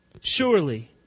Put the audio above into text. surely